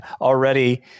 already